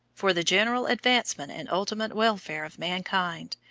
for the general advancement and ultimate welfare of mankind,